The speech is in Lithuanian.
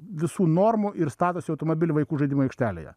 visų normų ir statosi automobilį vaikų žaidimų aikštelėje